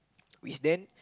we stand